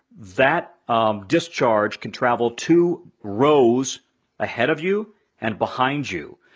that um discharge can travel two rows ahead of you and behind you.